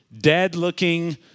dead-looking